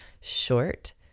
short